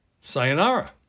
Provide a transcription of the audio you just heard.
Sayonara